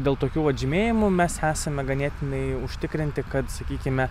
dėl tokių vat žymėjimų mes esame ganėtinai užtikrinti kad sakykime